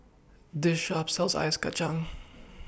This Shop sells Ice Kacang